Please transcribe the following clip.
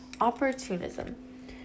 opportunism